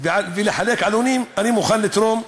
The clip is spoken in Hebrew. ולחלק עלונים, אני מוכן לתרום,